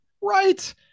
Right